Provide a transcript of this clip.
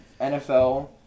NFL